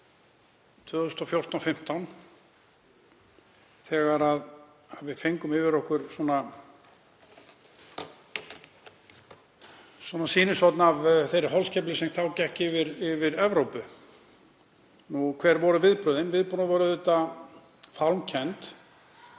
2015, þegar við fengum yfir okkur svona sýnishorn af þeirri holskeflu sem þá gekk yfir Evrópu. Hver voru viðbrögðin? Viðbrögð voru auðvitað fálmkennd.